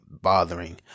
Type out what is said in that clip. bothering